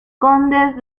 condes